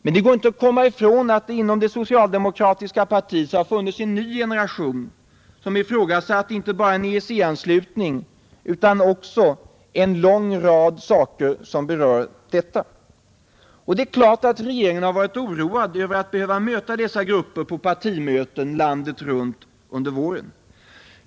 Men det går inte att komma ifrån att det inom det socialdemokratiska partiet har vuxit fram en ny generation som ifrågasätter inte bara en EEC-anslutning utan också mycket annat som sammanhänger därmed. Och det är klart att regeringen har varit oroad av att under våren behöva möta dessa ungdomsgrupper på partimöten landet runt.